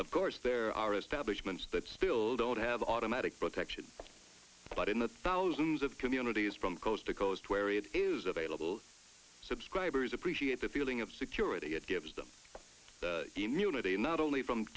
of course there are establishments that still don't have automatic protection but in the thousands of communities from coast to coast where it is available subscribers appreciate the feeling of security it gives them immunity not only from